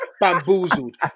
bamboozled